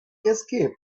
escape